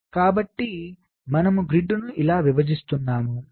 కాబట్టిమనము గ్రిడ్ను ఇలా విభజిస్తున్నాము